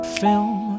film